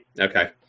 Okay